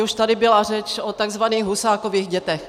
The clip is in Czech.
Už tady byla řeč o takzvaných Husákových dětech.